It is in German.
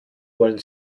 wollen